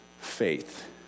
faith